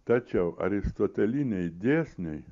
tačiau aristoteliniai dėsniai